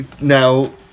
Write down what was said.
now